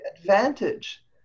advantage